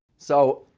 so,